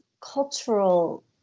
cultural